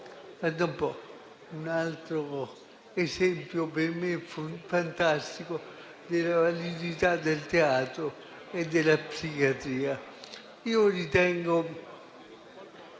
un altro esempio per me fantastico della validità del teatro e della psichiatria.